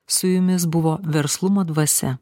su jumis buvo verslumo dvasia